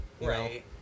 right